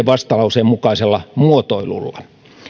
vastalauseen kahdella mukaisella muotoilulla